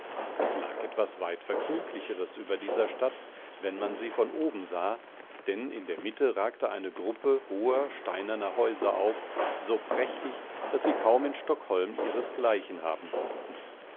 es lag etwas weit vergnüglicheres über dieser stadt wenn man sie von oben sah denn in der mitte ragte eine gruppe hoher steinerner häuser auf so prächtig daß sie kaum in stockholm ihresgleichen haben konnten